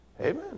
Amen